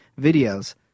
videos